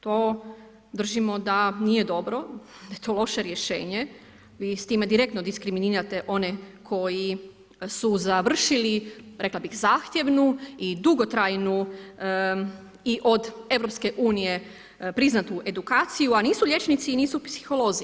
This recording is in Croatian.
To vršimo da nije dobro, da je to loše rješenje, vi s time direktno diskriminirate one koji su završili rekla bih, zahtjevnu i dugotrajnu i od EU priznatu edukaciju, a nisu liječnici, nisu psiholozi.